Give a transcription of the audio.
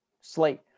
slate